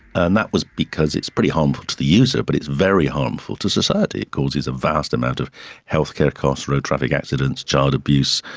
and that was because it's pretty harmful to the user but it's very harmful to society, it causes a vast amount of healthcare costs, road traffic accidents, child abuse,